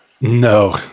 No